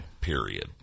Period